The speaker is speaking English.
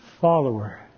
follower